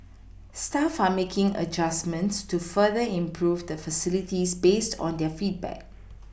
staff are making adjustments to further improve the facilities based on their feedback